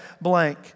blank